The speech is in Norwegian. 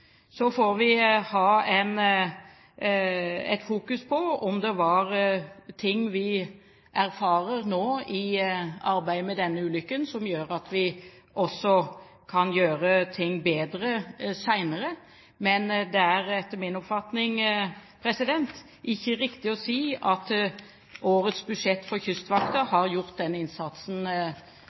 Så får vi ha fokus på om det er ting vi erfarer nå i arbeidet med denne ulykken som gjør at vi kan gjøre ting bedre senere. Men det er etter min oppfatning ikke riktig å si at årets budsjett for Kystvakten har gjort innsatsen så langt ved denne